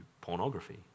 pornography